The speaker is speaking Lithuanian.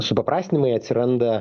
supaprastinamai atsiranda